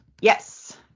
Yes